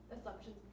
assumptions